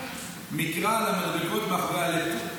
מקרא למדבקות מאחורי הלפטופ.